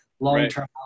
long-term